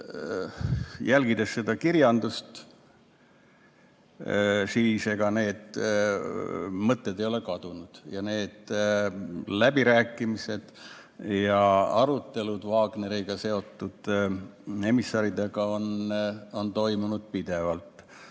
Jälgides seda kirjandust võib öelda, et ega need mõtted ei ole kadunud. Läbirääkimised ja arutelud Wagneriga seotud emissaridega on toimunud pidevalt.